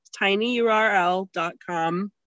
tinyurl.com